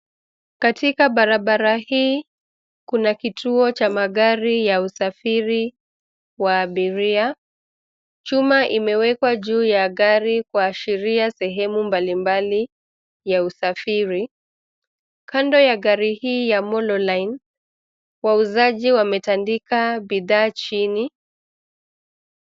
Katika barabara hii, kuna kituo cha magari ya usafiri wa abiria. Chuma imewekwa juu ya gari kuashiria sehemu mblimbali ya usafiri. Kando ya gari hii ya cs[mololine]cs, wauzaji wametandika bidhaa chini.